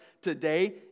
today